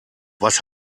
was